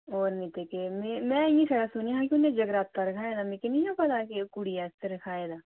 होर निं ते केह् में इ'यां छड़ा सुनेआ हा कि उ'नें जगराता रक्खाए दा मिगी निं हा पता कि ओह् कुड़ी आस्तै रक्खाए दा